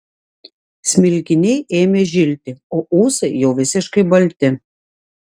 smilkiniai ėmė žilti o ūsai jau visiškai balti